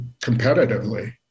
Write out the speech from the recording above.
competitively